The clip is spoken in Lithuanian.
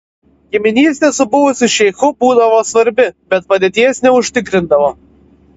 giminystė su buvusiu šeichu būdavo svarbi bet padėties neužtikrindavo